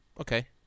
Okay